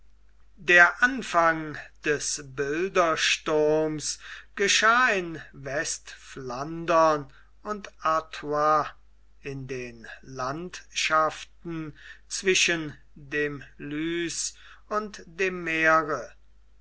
der anfang des bildersturms geschah in westflandern und artois in den landschaften zwischen dem lys und dem meere